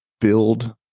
build